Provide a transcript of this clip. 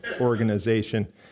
organization